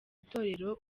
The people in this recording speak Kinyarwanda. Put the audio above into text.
itorero